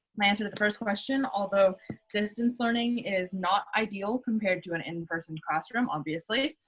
my answer to the first question, although distance learning is not ideal compared to an in person classroom obviously,